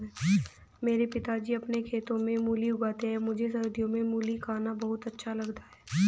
मेरे पिताजी अपने खेतों में मूली उगाते हैं मुझे सर्दियों में मूली खाना बहुत अच्छा लगता है